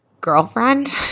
Girlfriend